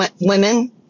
women